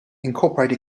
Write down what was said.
incorporate